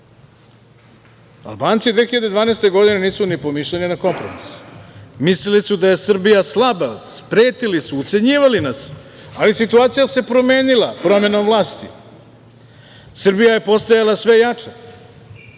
2012. godine nisu ni pomišljali na kompromis. Mislili su da je Srbija slaba, pretili su, ucenjivali nas. Ali, situacija se promenila promenom vlasti. Srbija je postajala sve jača.